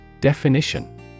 Definition